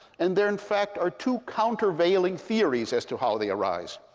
and there, in fact, are two countervailing theories as to how they arise.